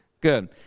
Good